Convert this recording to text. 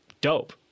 dope